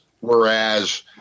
Whereas